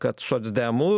kad socdemų